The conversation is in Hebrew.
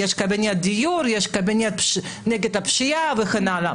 יש קבינט דיור, יש קבינט נגד הפשיעה וכן הלאה.